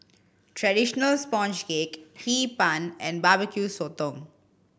traditional sponge cake Hee Pan and Barbecue Sotong